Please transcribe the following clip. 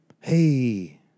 Hey